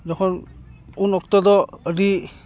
ᱡᱚᱠᱷᱚᱱ ᱩᱱ ᱚᱠᱛᱚ ᱫᱚ ᱟᱹᱰᱤ